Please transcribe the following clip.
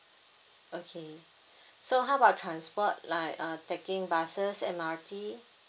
okay so how about transport like uh taking buses M_R_T